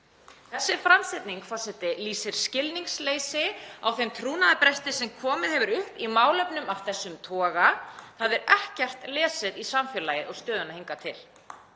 Þessi framsetning lýsir skilningsleysi á þeim trúnaðarbresti sem komið hefur upp í málum af þessum toga. Það er ekkert lesið í samfélagið og stöðuna hingað til.